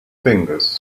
fingers